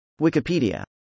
Wikipedia